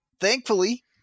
Thankfully